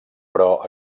però